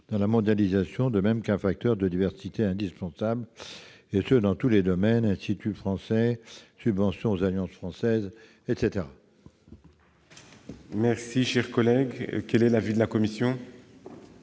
dans la mondialisation, de même qu'un facteur de diversité indispensable, et ce dans tous les domaines : instituts français, subventions aux alliances françaises, etc. Quel est l'avis de la commission ?